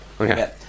Okay